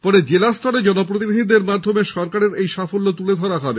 পরে জেলা স্তরে জনপ্রতিনিধিদের মাধ্যমে সরকারের সাফল্য তুলে ধরা হবে